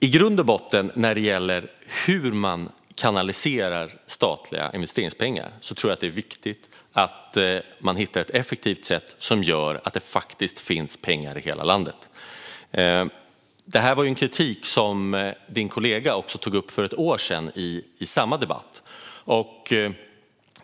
I grund och botten är det viktigt att man hittar ett effektivt sätt som gör att det finns pengar i hela landet när det gäller hur man kanaliserar statliga investeringspengar. Detta var kritik som din kollega tog upp för ett år sedan i samma debatt.